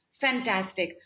Fantastic